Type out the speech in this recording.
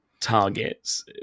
targets